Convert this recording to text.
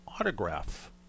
Autograph